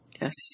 Yes